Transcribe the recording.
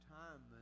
time